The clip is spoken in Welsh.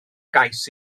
gais